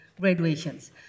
graduations